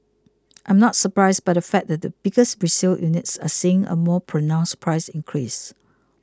I am not surprised by the fact that bigger resale units are seeing a more pronounced price increase